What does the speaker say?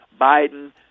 Biden